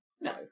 No